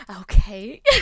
Okay